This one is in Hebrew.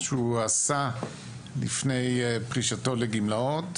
שהוא עשה לפני פרישתו לגמלאות,